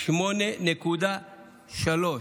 8.3,